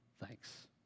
thanks